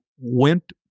went